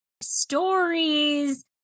stories